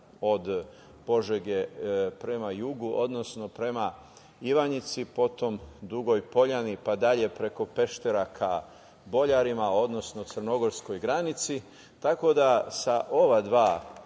od Požege prema jugu, odnosno prema Ivanjici, potom Dugoj poljani, pa dalje preko Peštera ka Boljarima, odnosno crnogorskoj granici. Tako da, sa ova dva